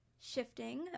shifting